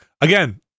again